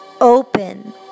open